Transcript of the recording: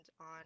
on